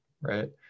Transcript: right